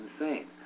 insane